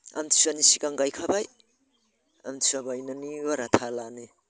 आमथिसुवानि सिगां गायखाबाय आमथिसुवा बायनानै बारा थालानो